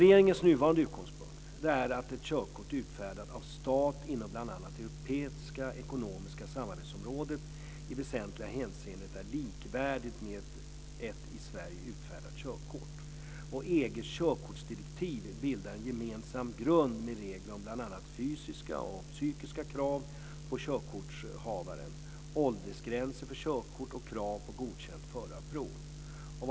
Regeringens nuvarande utgångspunkt är att ett körkort utfärdat av stat inom bl.a. europeiska ekonomiska samarbetsområden i väsentliga hänseenden är likvärdigt med ett i Sverige utfärdat körkort. EG:s körkortsdirektiv bildar en gemensam grund med regler om bl.a. fysiska och psykiska krav på körkortshavaren, åldersgränser för körkort och krav på godkänt förarprov.